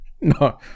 no